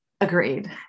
Agreed